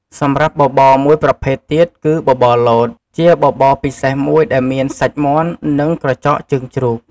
សម្រាប់បបរមួយប្រភេទទៀត គឺ បបរលត ជាបបរពិសេសមួយដែលមាន សាច់មាន់ និងក្រចកជើងជ្រូក។